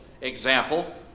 example